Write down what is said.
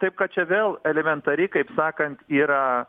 taip kad čia vėl elementari kaip sakant yra